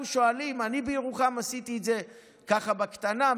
אני בירוחם עשיתי בקטנה,